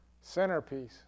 centerpiece